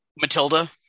Matilda